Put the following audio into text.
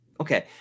okay